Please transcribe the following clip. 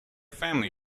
family